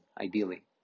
ideally